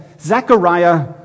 Zechariah